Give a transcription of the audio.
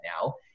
now